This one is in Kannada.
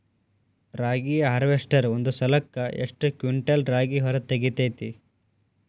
ರಾಗಿಯ ಹಾರ್ವೇಸ್ಟರ್ ಒಂದ್ ಸಲಕ್ಕ ಎಷ್ಟ್ ಕ್ವಿಂಟಾಲ್ ರಾಗಿ ಹೊರ ತೆಗಿತೈತಿ?